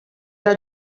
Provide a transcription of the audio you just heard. era